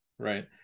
Right